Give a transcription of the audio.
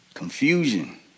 Confusion